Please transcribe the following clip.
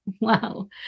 wow